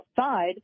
outside